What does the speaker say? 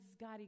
God